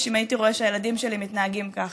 אם הייתי רואה שהילדים שלי מתנהגים ככה?